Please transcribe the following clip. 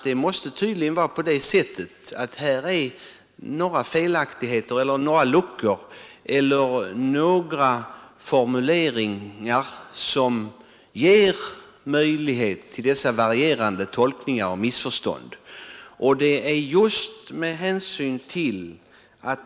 Det måste tydligen finnas en del felaktigheter, luckor eller formuleringar som gör det möjligt att tolka lagen på varierande sätt och som kan ge upphov till missförstånd.